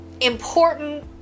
important